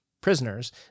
prisoners